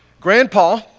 Grandpa